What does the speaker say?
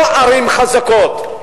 לא ערים חזקות,